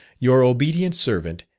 your obedt. servant,